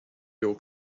your